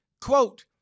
quote